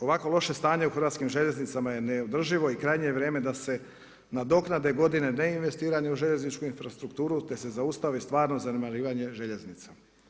Ovako loše stanje u hrvatskim željeznicama je neodrživo i krajnje je vrijeme da se nadoknade godine ne investiranja u željezničku infrastrukturu te se zaustavi stvarno zanemarivanje željeznica.